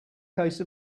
case